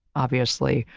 obviously.